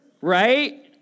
Right